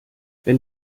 wenn